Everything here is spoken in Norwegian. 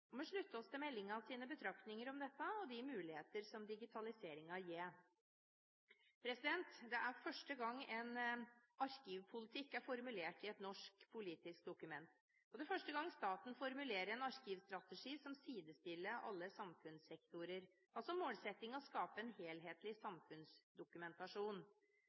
Vi slutter oss til meldingens betraktninger om dette og de mulighetene som digitaliseringen gir. Det er første gang en arkivpolitikk er formulert i et norsk politisk dokument, og det er første gang staten formulerer en arkivstrategi som sidestiller alle samfunnssektorer, og som har som målsetting å skape en helhetlig samfunnsdokumentasjon.